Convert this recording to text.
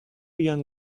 young